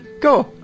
Go